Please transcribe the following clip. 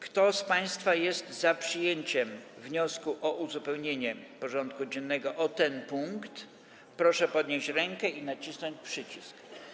Kto z państwa jest za przyjęciem wniosku o uzupełnienie porządku dziennego o ten punkt, proszę podnieść rękę i nacisnąć przycisk.